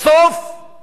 את עומק